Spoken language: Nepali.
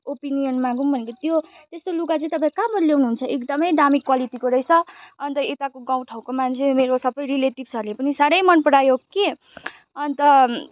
ओपिनियन मागौँ भनेको त्यो त्यस्तो लुगा चाहिँ तपाईँ कहाँबाट ल्याउनुहुन्छ एकदमै दामी क्वालिटीको रहेछ अन्त यताको गाउँ ठाउँको मान्छे मेरो सबै रिलेटिभ्सहरूले पनि साह्रै मनपरायो कि अन्त